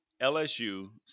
LSU